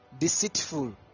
deceitful